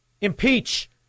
Impeach